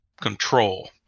Control